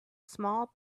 small